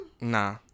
Nah